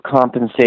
compensation